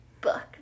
book